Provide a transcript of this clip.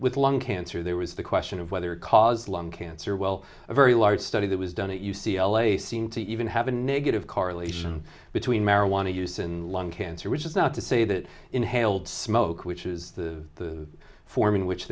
with lung cancer there was the question of whether caused lung cancer well a very large study that was done at u c l a seemed to even have a negative correlation between marijuana use and lung cancer which is not to say that inhaled smoke which is the form in which